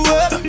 up